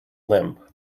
limp